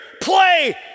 play